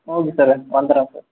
okay sir வந்துடுறேன் sir